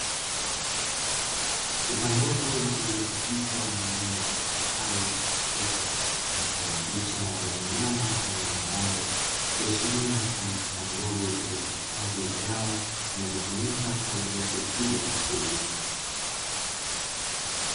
Chupa ndogo ilio chapishwa maneno na kuchorwa picha ya mnyama aina ya ng’ombe, ikiashiria kuwa ni chupa ndogo inayohifadhi dawa inayotumika kutibu mifugo.